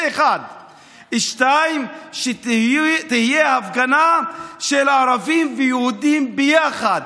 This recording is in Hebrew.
זה, 1. 2. שתהיה הפגנה של ערבים ויהודים יחד.